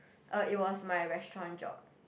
um it was my restaurant job